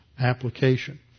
application